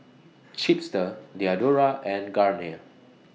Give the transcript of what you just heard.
Chipster Diadora and Garnier